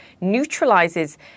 neutralizes